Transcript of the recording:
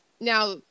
Now